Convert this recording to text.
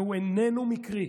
והוא איננו מקרי.